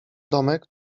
domek